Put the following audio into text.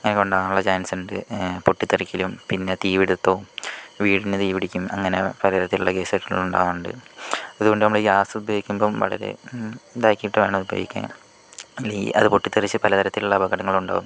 അങ്ങനെ ഉണ്ടാകാനുള്ള ചാൻസ് ഉണ്ട് പൊട്ടി തെറിക്കലും പിന്നെ തീപിടിത്തവും വീടിന് തീപിടിക്കും അങ്ങനെ പലതരത്തിലുള്ള കേസ് കെട്ടുകളും ഉണ്ടാവലുണ്ട് അതുകൊണ്ട് നമ്മള് ഗ്യാസ് ഉപയോഗിക്കുമ്പം വളരെ ഇതാക്കിയിട്ട് വേണം അത് ഉപയോഗിക്കാൻ അല്ലെങ്കിൽ അത് പൊട്ടിത്തെറിച്ച് പലതരത്തിലുള്ള അപകടങ്ങളും ഉണ്ടാവും